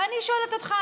ואני שואלת אותך,